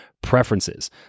preferences